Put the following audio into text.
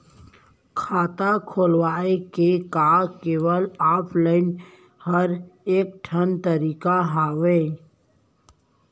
खाता खोलवाय के का केवल ऑफलाइन हर ऐकेठन तरीका हवय?